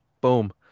Boom